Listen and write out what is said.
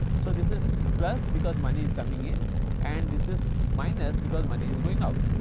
so, this is plus because money is coming in and this is minus because money is going out.